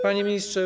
Panie Ministrze!